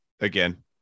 again